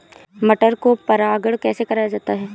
मटर को परागण कैसे कराया जाता है?